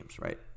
right